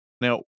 Now